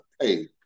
Hey